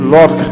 Lord